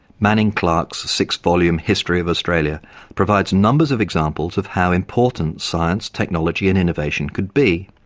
manning clark's six-volume history of australia provides numbers of examples of how important science, technology and innovation could be.